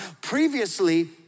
previously